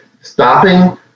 stopping